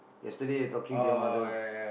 yesterday I talking to your mother